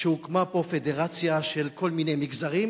כשהוקמה פה פדרציה של כל מיני מגזרים,